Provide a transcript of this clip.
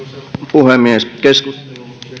puhemies keskustelu